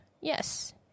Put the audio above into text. Yes